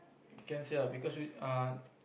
can't say lah because usually